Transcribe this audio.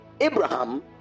Abraham